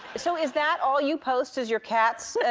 so is that all you post is your cats and